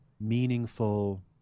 meaningful